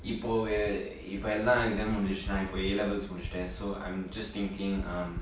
இப்பொ:ippo uh இப்பொ எல்லா:ippo ellaa exams முடின்ஜிருச்சு நா இப்பொ:mudinjiruchu naa ippo A levels முடிச்சுட்டேன்:mudichutten so I'm just thinking